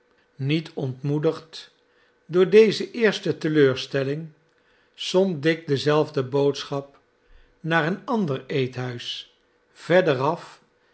niet ontmoedigd door deze eerste teleurstelling zond dick dezelfde boodschap naar een ander eethuis verder af